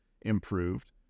improved